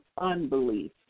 unbelief